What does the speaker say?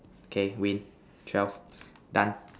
okay win twelve done